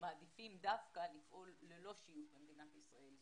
מעדיפים דווקא לפעול ללא שיוך למדינת ישראל.